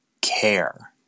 care